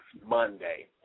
Monday